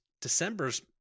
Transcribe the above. December's